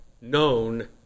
known